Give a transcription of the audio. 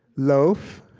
loaf,